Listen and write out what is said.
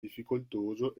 difficoltoso